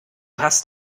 hast